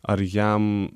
ar jam